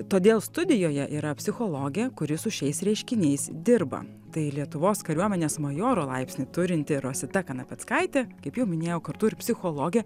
todėl studijoje yra psichologė kuri su šiais reiškiniais dirba tai lietuvos kariuomenės majoro laipsnį turinti rosita kanapeckaitė kaip jau minėjau kartu ir psichologė